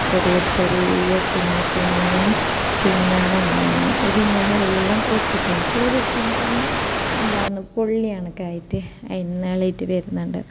ചെറിയ ചെറിയ കുഞ്ഞ് കുഞ്ഞ് പിഞ്ഞാണം ഉണ്ടായിനി ഈ പിഞ്ഞാണം എല്ലാം പൊട്ടിപ്പോയിനി ചൂട് ഇട്ടെങ്കിലൊന്ന് എന്താണ് പൊള്ളിയ കണക്കായിട്ട് അതീന്നിളകിയിട്ട് വരുന്നുണ്ട്